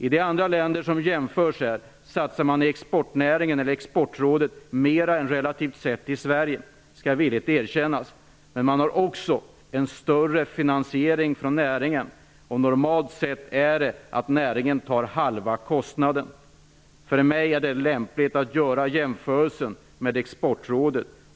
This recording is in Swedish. I jämförbara länder satsar exportnäringen eller Exportrådet relativt sett mer än vad som sker i Sverige; det skall villigt erkännas. Finansieringen från näringen är också större. Det är normalt att näringen tar halva kostnaden. För mig är det lämpligt att göra en jämförelse med Exportrådet.